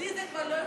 זה כבר לא אכפת.